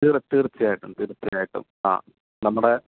തീർച്ചയായിട്ടും തീർച്ചയായിട്ടും ആ നമ്മുടെ